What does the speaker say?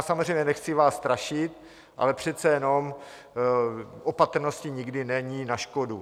Samozřejmě, nechci vás strašit, ale přece jenom opatrnosti nikdy není na škodu.